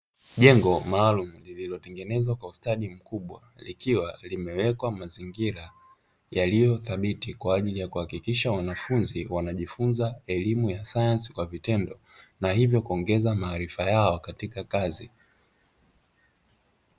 Jengo maalumu, lililotengenezwa kwa ustadi mkubwa, likiwa limewekwa mazingira yaliyo thabiti kwa ajili ya kuhakikisha wanafunzi wanajifunza elimu ya sayansi kwa vitendo, na hivyo kuongeza maarifa yao katika kazi.